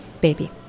baby